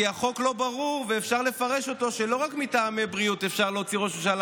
כי החוק לא ברור ואפשר לפרש אותו שאפשר להוציא ראש ממשלה